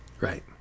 right